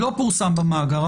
אם לא פורסם במאגר.